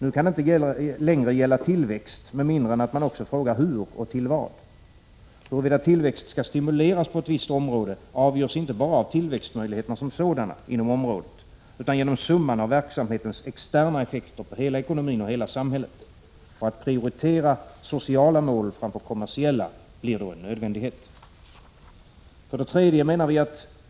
Nu kan det inte längre gälla tillväxt med mindre än att man också frågar hur och till vad. Huruvida tillväxt skall stimuleras på ett visst område avgörs inte bara av tillväxtmöjligheterna som sådana inom området utan av summan av verksamhetens externa effekter på hela ekonomin och samhället. Att prioritera sociala mål framför kommersiella blir då en nödvändighet. 3.